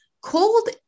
cold